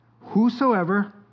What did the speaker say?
whosoever